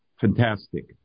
fantastic